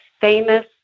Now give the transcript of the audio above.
famous